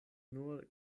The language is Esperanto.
nur